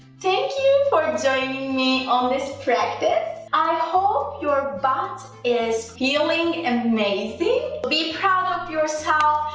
thank you for joining me on this practice! i hope your butt is feeling amazing be proud of yourself!